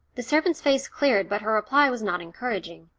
the servant's face cleared, but her reply was not encouraging.